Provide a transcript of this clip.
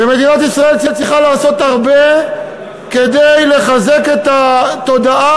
מדינת ישראל צריכה לעשות הרבה כדי לחזק את התודעה